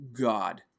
god